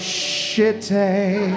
shitty